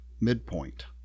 midpoint